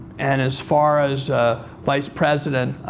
and as far as vice president,